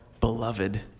Beloved